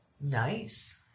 Nice